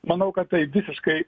manau kad tai visiškai